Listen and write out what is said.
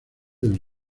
del